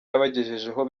yabagejejeho